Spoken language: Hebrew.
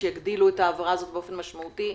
שיגדילו את ההעברה הזאת באופן משמעותי,